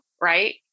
right